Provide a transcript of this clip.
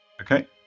Okay